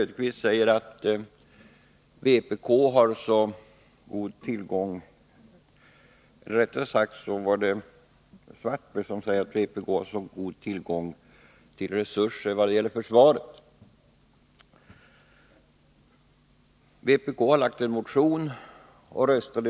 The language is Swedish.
Herr talman! Karl-Erik Svartberg sade att vpk hade en sådan god tillgång på resurser för försvaret när man i det här ärendet väckt sin motion.